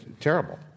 terrible